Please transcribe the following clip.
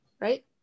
right